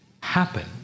Happen